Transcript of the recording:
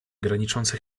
graniczące